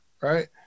right